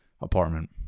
apartment